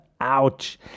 Ouch